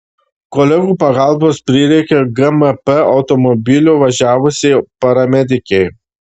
kolegų pagalbos prireikė gmp automobiliu važiavusiai paramedikei